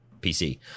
PC